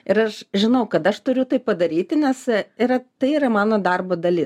ir aš žinau kad aš turiu tai padaryti nes yra tai yra mano darbo dali